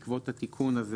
בעקבות התיקון הזה,